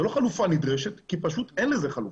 זה לא חלופה נדרשת, כי פשוט אין לזה חלופה.